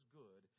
good